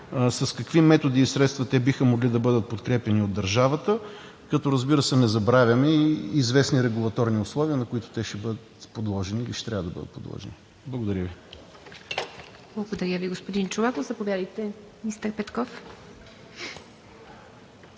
С какви методи и средства те биха могли да бъдат подкрепяни от държавата, като, разбира се, не забравяме и известни регулаторни условия, на които те ще бъдат подложени или ще трябва да бъдат подложени? Благодаря Ви. ПРЕДСЕДАТЕЛ ИВА МИТЕВА: Благодаря Ви, господин Чолаков. Заповядайте, министър Петков.